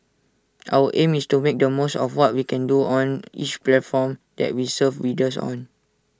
our aim is to make the most of what we can do on each platform that we serve readers on